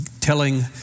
telling